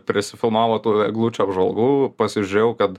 prisifilmavo tų eglučių apžvalgų pasižiūrėjau kad